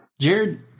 Jared